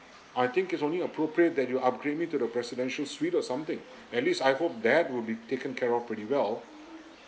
I think it's only appropriate that you upgrade me to the presidential suite or something at least I hope that would be taken care of pretty well